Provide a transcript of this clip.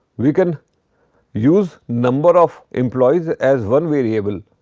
we can use number of employees as one variable